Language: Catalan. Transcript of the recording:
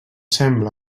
sembla